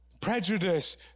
prejudice